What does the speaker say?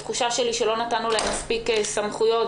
יש לי תחושה שלא נתנו להם מספיק סמכויות.